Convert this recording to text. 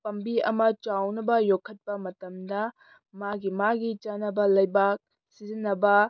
ꯄꯥꯝꯕꯤ ꯑꯃ ꯆꯥꯎꯅꯕ ꯌꯣꯛꯈꯠꯄ ꯃꯇꯝꯗ ꯃꯥꯒꯤ ꯃꯥꯒꯤ ꯆꯥꯟꯅꯕ ꯂꯩꯕꯥꯛ ꯁꯤꯖꯤꯟꯅꯕ